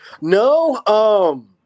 no